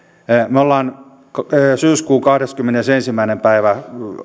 me olemme syyskuun kahdeskymmenesensimmäinen päivä